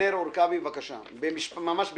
אבנר עורקבי, בבקשה, ממש בקצרה.